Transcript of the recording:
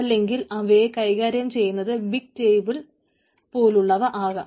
അല്ലെങ്കിൽ അവയെ കൈകാര്യം ചെയ്യുന്നത് ബിഗ് ടേബിൾ പോലുള്ളവ ആകാം